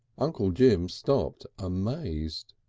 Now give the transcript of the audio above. uncle jim stopped amazed.